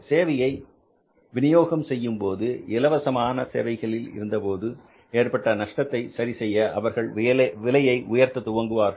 சேவையை வினியோகம் செய்யும்போது இலவசமாக சேவையில் இருந்தபோது ஏற்பட்ட நஷ்டத்தை சரி செய்ய அவர்கள் விலையை உயர்த்த துவங்குவார்கள்